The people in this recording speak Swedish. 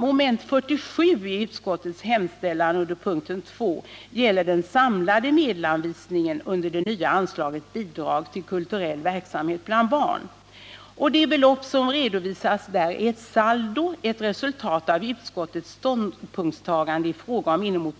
Mom. 47 i utskottets hemställan under punkten 2 gäller den samlade medelsanvisningen under det nya anslaget Bidrag till kulturell verksamhet bland barn. Det belopp som redovisas där är ett saldo, ett resultat av utskottets ståndpunktstaganden i fråga om inemot